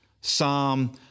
Psalm